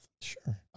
Sure